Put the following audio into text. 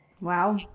Wow